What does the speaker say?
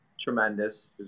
tremendous